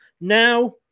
Now